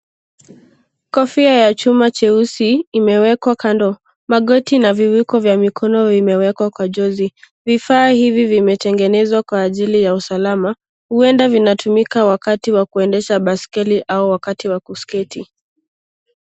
Kofia ya chuma cheusi imewekwa kando. Magoti na viwiko vya mikono vimewekwa kwa jozi. Vifaa hivi vimetengenezwa kwa ajili ya usalama, huenda vinatumika wakati wa kuendesha baiskeli au wakati wa kusketi.